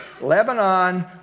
Lebanon